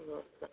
उहो त